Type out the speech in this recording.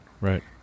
right